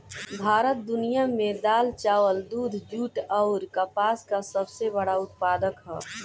भारत दुनिया में दाल चावल दूध जूट आउर कपास का सबसे बड़ा उत्पादक ह